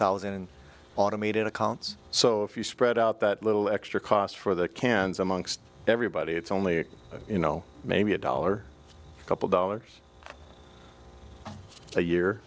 thousand and automated accounts so if you spread out that little extra cost for the cans amongst everybody it's only you know maybe a dollar a couple dollars a year